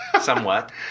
Somewhat